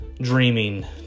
dreaming